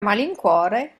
malincuore